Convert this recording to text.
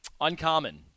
uncommon